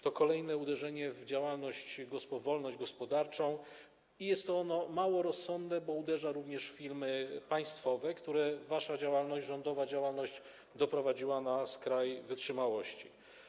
To kolejne uderzenie w działalność, w wolność gospodarczą i jest ono mało rozsądne, bo uderza również w firmy państwowe, które wasza działalność, rządowa działalność, doprowadziła na skraj wytrzymałości.